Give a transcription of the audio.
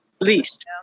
least